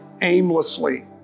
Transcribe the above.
aimlessly